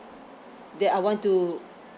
that I want to